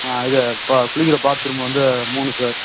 ஆ இது ப குளிக்கிற பாத் ரூம் வந்து மூணு சார்